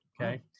Okay